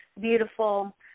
beautiful